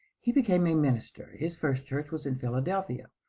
he became a minister. his first church was in philadelphia.